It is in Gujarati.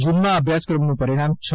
જૂનમાં અભ્યાસક્રમનું પરિણામ હ